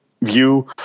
view